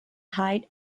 height